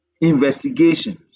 investigations